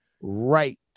right